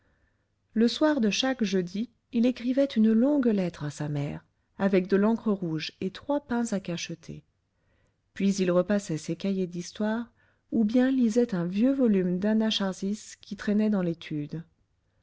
le soir de chaque jeudi il écrivait une longue lettre à sa mère avec de l'encre rouge et trois pains à cacheter puis il repassait ses cahiers d'histoire ou bien lisait un vieux volume d'anacharsis qui traînait dans l'étude